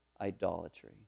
idolatry